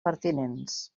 pertinents